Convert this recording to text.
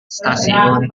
stasiun